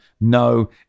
No